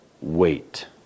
wait